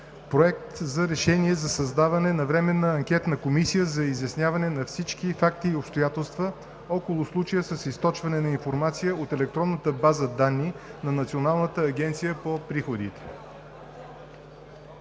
събрание РЕШИ: 1. Създава временна анкетна комисия за изясняване на всички факти и обстоятелства около случая с източване на информация от електронната база данни на Националната агенция за приходите.